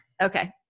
Okay